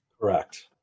Correct